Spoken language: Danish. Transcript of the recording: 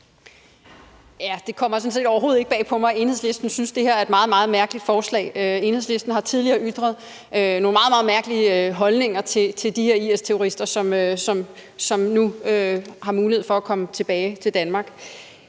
sådan set overhovedet ikke bag på mig, at Enhedslisten synes, at det her er et meget, meget mærkeligt forslag. Enhedslisten har tidligere ytret nogle meget, meget mærkelige holdninger til de her IS-terrorister, som nu har mulighed for at komme tilbage til Danmark.